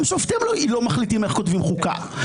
גם שופטים לא מחליטים איך כותבים חוקה.